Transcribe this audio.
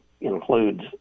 includes